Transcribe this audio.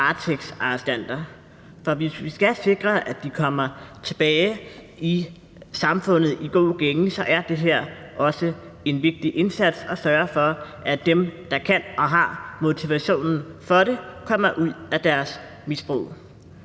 varetægtsarrestanter. For hvis vi skal sikre, at de kommer tilbage i samfundet i god gænge, er det også en vigtig indsats at sørge for, at dem, der kan og har motivationen til det, kommer ud af deres misbrug.